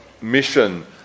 mission